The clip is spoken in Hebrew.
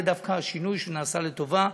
זה דווקא השינוי שנעשה לטובה: